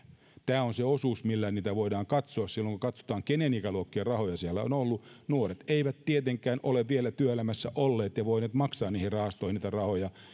tämä on se osuus millä niitä voidaan katsoa silloin kun katsotaan minkä ikäluokkien rahoja siellä on ollut nuoret eivät tietenkään ole vielä työelämässä olleet ja voineet maksaa niihin rahastoihin niitä rahoja